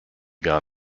gar